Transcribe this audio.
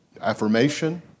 affirmation